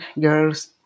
girls